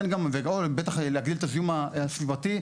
ובטח להגדיל את הזיהום הסביבתי.